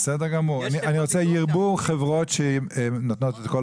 אני רוצה שירבו חברות שנותנות את כל